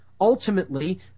Ultimately